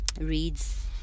reads